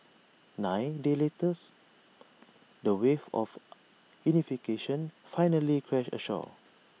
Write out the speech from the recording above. nine days letters the waves of unification finally crashed ashore